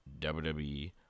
WWE